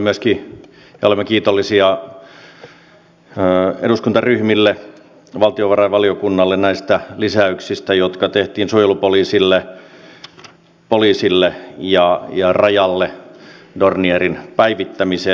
olemme kiitollisia eduskuntaryhmille ja valtiovarainvaliokunnalle näistä lisäyksistä jotka tehtiin suojelupoliisille poliisille ja rajalle dornierin päivittämiseen